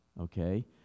okay